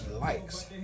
likes